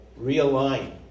realign